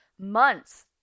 months